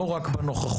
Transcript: לא רק בנוכחות,